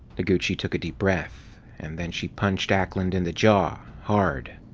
noguchi took a deep breath. and then she punched ackland in the jaw, hard.